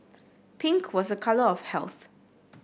pink was a colour of health